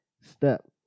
step